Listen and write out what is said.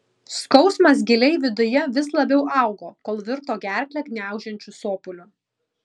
skausmas giliai viduje vis labiau augo kol virto gerklę gniaužiančiu sopuliu